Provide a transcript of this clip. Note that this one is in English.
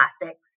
plastics